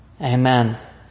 Amen